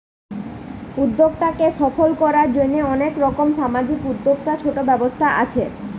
উদ্যোক্তাকে সফল কোরার জন্যে অনেক রকম সামাজিক উদ্যোক্তা, ছোট ব্যবসা আছে